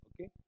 Okay